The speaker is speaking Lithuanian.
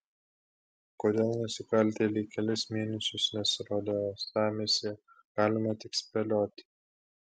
kodėl nusikaltėliai kelis mėnesius nesirodė uostamiestyje galima tik spėlioti